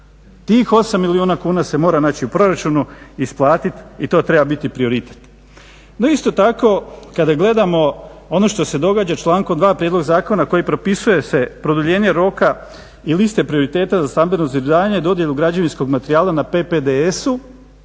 Tih 8 milijuna kuna se mora naći u proračunu, isplatit i to treba biti prioritet. No isto tako kada gledamo ono što se događa člankom 2. prijedlog zakona kojim propisuje se produljenje roka i liste prioriteta za stambeno zbrinjavanje, dodjelu građevinskog materijala na PPDS-u,